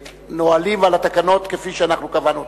הנהלים ועל התקנות כפי שאנחנו קבענו אותם.